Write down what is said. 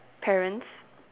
parents